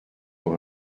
pour